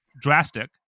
drastic